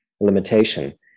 limitation